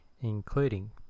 including